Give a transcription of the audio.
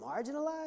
marginalized